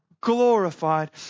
glorified